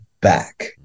back